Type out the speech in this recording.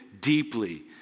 deeply